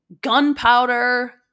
gunpowder